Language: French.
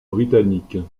britanniques